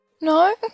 No